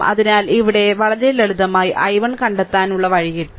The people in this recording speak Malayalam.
അതിനാൽ ഇവിടെ വളരെ ലളിതമായി i1 കണ്ടെത്താനുള്ള വഴി കിട്ടും